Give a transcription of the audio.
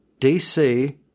DC